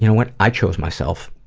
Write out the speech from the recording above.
you know what i chose myself.